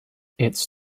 its